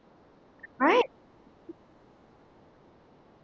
right